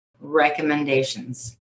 recommendations